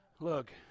Look